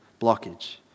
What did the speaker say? blockage